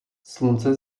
slunce